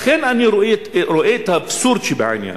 לכן אני רואה את האבסורד שבעניין.